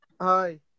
Hi